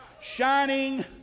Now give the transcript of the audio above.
Shining